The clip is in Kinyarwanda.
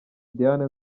diane